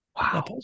Wow